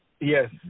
Yes